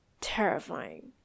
Terrifying